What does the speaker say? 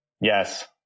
Yes